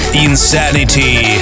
insanity